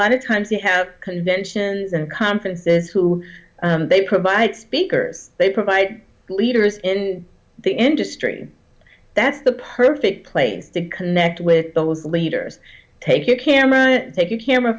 lot of times you have connections and conferences who they provide speakers they provide leaders in the industry that's the perfect place to connect with those leaders take your camera and take your camera